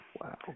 Wow